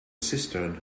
cistern